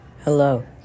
Hello